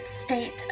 state